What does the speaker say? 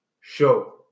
show